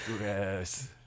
Yes